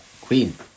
queen